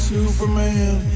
Superman